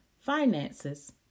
finances